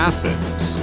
Athens